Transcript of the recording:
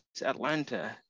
atlanta